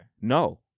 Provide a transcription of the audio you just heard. No